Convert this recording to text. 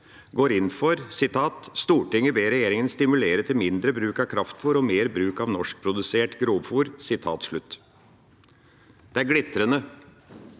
går inn for at: «Stortinget ber regjeringen stimulere til mindre bruk av kraftfôr og mer bruk av norskprodusert grovfôr.» Det er glitrende.